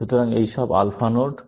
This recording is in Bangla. সুতরাং এই সব আলফা নোড